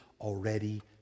already